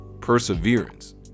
perseverance